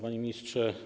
Panie Ministrze!